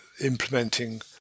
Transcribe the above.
implementing